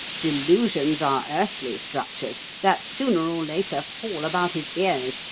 delusions are earthly structures, that sooner or later fall about his ears,